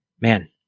man